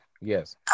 yes